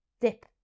dip